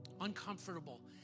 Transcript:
uncomfortable